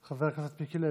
חבר הכנסת מיקי לוי.